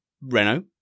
Renault